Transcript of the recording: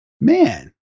man